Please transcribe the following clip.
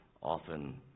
often